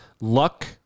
luck